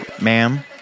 ma'am